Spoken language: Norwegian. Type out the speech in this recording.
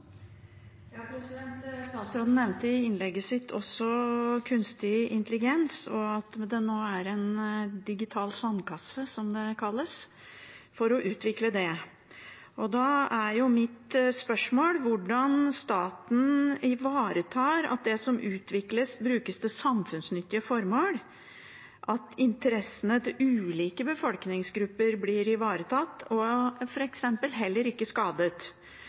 Statsråden nevnte i innlegget sitt også kunstig intelligens og at det nå er en digital sandkasse, som det kalles, for å utvikle det. Da er mitt spørsmål: Hvordan ivaretar staten at det som utvikles, brukes til samfunnsnyttige formål, at interessene til ulike befolkningsgrupper blir ivaretatt og f.eks. heller ikke skadet?